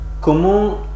comment